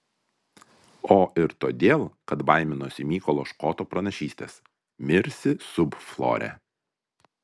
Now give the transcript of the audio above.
o ir todėl kad baiminosi mykolo škoto pranašystės mirsi sub flore